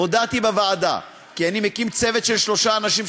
הודעתי בוועדה כי אני מקים צוות של שלושה אנשים,